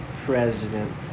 president